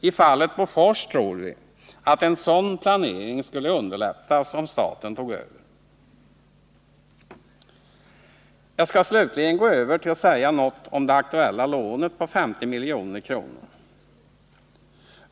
I fallet Bofors tror vi att en sådan planering skulle underlättas om staten tog över. Jag skall slutligen gå över till att säga något om det aktuella lånet på 50 milj.kr.